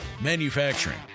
Manufacturing